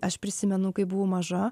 aš prisimenu kai buvau maža